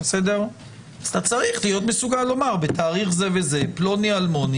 אתה צריך להיות מסוגל לומר: בתאריך זה וזה פלוני אלמוני